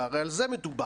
והרי על זה מדובר,